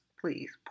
please